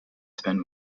spent